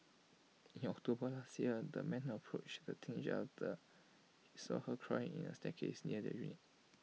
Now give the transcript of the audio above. in October last year the man approached the teenager after he saw her crying at A staircase near their unit